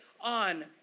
on